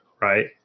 right